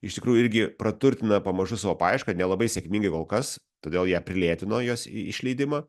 iš tikrųjų irgi praturtina pamažu savo paiešką nelabai sėkmingai kol kas todėl ją prilėtino jos išleidimą